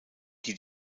die